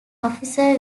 officer